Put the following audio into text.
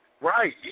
Right